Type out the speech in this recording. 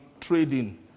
trading